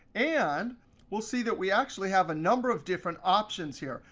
and we'll see that we actually have a number of different options here.